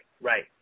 right